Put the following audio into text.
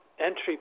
entry